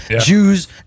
Jews